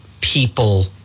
people